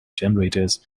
generators